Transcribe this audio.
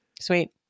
Sweet